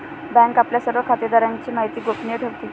bank आपल्या सर्व खातेदारांची माहिती गोपनीय ठेवते